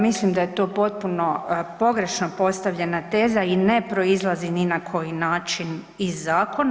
Mislim da je to potpuno pogrešno postavljena teza i ne proizlazi ni na koji način iz zakona.